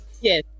yes